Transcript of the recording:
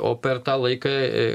o per tą laiką